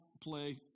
play